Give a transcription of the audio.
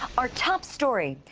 our top story,